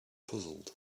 puzzled